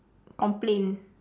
complain